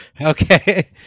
Okay